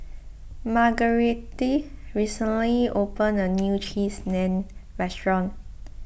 Margarete recently opened a new Cheese Naan restaurant